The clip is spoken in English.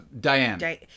Diane